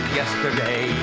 yesterday